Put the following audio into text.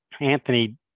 anthony